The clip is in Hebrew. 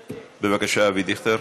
בבקשה, אבי דיכטר,